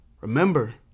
Remember